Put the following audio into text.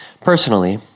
Personally